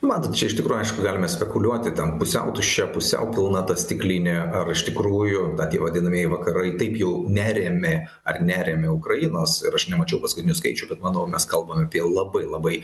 matot čia iš tikro aišku galime spekuliuoti ten pusiau tuščia pusiau pilna ta stiklinė ar iš tikrųjų na tie vadinamieji vakarai taip jau nerėmė ar neremia ukrainos ir aš nemačiau paskutinių skaičių bet manau mes kalbam apie labai labai